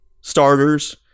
starters